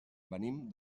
venim